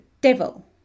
devil